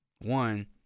one